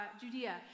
Judea